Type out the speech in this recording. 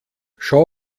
schau